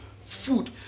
food